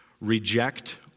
Reject